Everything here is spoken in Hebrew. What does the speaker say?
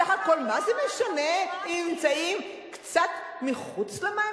בסך הכול מה זה משנה אם הם נמצאים מחוץ למים